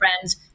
friends